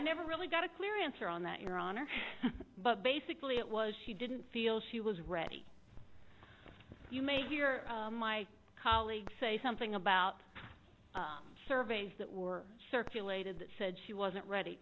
never really got a clear answer on that your honor but basically it was she didn't feel she was ready you may hear my colleague say something about surveys that were circulated that said she wasn't ready